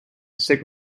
sick